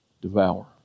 devour